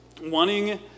wanting